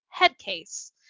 Headcase